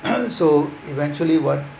so eventually what